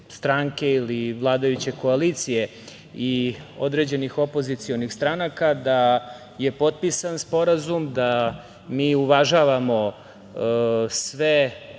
ili vladajuće koalicije i određenih opozicionih stranka, da je potpisan sporazum, da mi uvažavamo sve